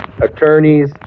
attorneys